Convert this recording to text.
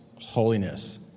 holiness